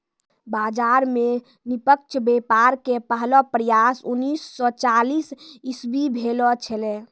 बाजार मे निष्पक्ष व्यापार के पहलो प्रयास उन्नीस सो चालीस इसवी भेलो छेलै